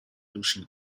losing